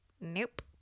Nope